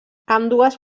ambdues